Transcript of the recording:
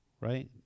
right